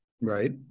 Right